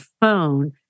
phone